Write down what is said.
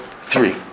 three